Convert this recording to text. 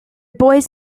boys